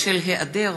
בשל היעדר